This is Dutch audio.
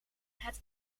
het